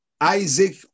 Isaac